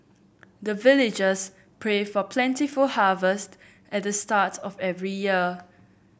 the villagers pray for plentiful harvest at the start of every year